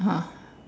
(uh huh)